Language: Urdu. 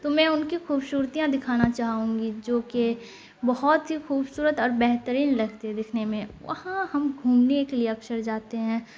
تو میں ان کی خوبصورتیاں دکھانا چاہوں گی جو کہ بہت ہی خوبصورت اور بہترین لگتی ہیں دکھنے میں وہاں ہم گھومنے کے لیے اکثر جاتے ہیں